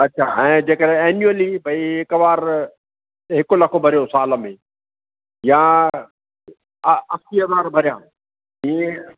अच्छा ऐं जेकॾहिं एनुअली भई हिकु बार हिकु लखु भरियो साल में या आ असीअ हज़ार भरिया जीअं